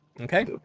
Okay